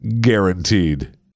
guaranteed